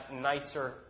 nicer